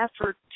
effort